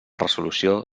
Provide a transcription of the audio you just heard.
resolució